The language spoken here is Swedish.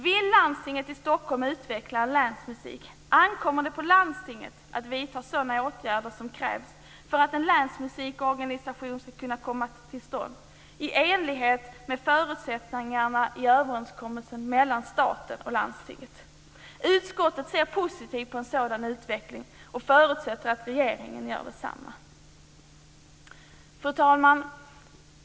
Vill landstinget i Stockholm utveckla en länsmusik ankommer det på landstinget att vidta sådana åtgärder som krävs för att en länsmusikorganisation ska kunna komma till stånd i enlighet med förutsättningarna i överenskommelsen mellan staten och landstinget. Utskottet ser positivt på en sådan utveckling och förutsätter att regeringen gör detsamma. Fru talman!